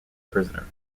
prisoner